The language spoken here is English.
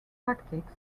tactics